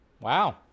Wow